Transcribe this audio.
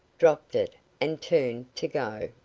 dropped it, and turned to go.